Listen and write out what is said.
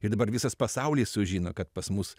ir dabar visas pasaulis sužino kad pas mus